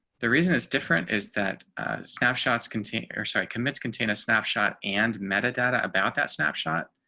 the reason it's different is that snapshots continue or sorry commits contain a snapshot and meta data about that snapshot